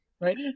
right